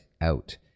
out